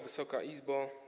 Wysoka Izbo!